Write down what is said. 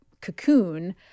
cocoon